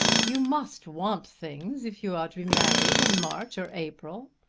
you must want things if you are to be married in march or april.